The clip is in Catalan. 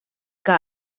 que